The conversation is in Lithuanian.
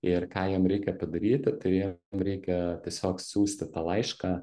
ir ką jiem reikia padaryti tai jiem reikia tiesiog siųsti tą laišką